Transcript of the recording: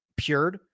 Pured